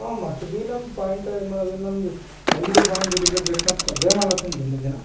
ಹಾಂ ಮತ್ತು ಬಿ ನಮ್ಮ ಪಾಯಿಂಟ್ ಏನ್ಮಾಡೋದು ನಮ್ದು ಎಲ್ಲಿ ಪಾಯಿಂಟ್ ಹಿಡಿತೋ ಬೇಕಂತ ಅದೇ ಮಾಡ್ಲತಿನು ದಿನ ದಿನ